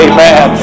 Amen